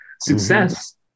success